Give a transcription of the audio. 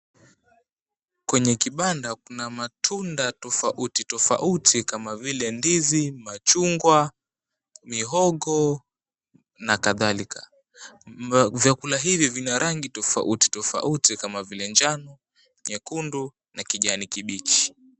Kwenye kibanda kuna matunda tofautitofauti kama vile ndizi, machungwa, mihogo na kadhalika. Vyakula hivi vina rangi tofautitofauti kama vile njano, nyekundu na kijani kibichi.